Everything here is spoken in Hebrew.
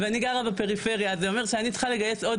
ואני גרה בפריפריה זה אומר שאני צריכה לגייס עוד